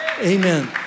Amen